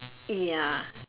ya